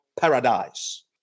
paradise